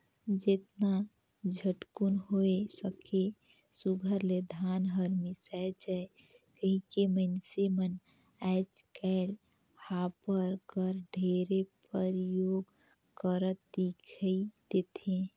जेतना झटकुन होए सके सुग्घर ले धान हर मिसाए जाए कहिके मइनसे मन आएज काएल हापर कर ढेरे परियोग करत दिखई देथे